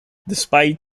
despite